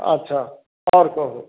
अच्छा आओर कहु